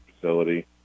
facility